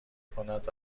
کند